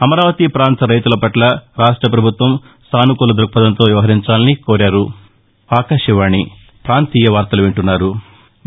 అమరావతి పాంత రైతుల పట్ల రాష్ట్ర పభుత్వం సానుకూల దృక్పథంతో వ్యవహరించాలని కోరారు